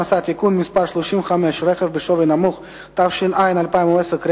היום לקריאה ראשונה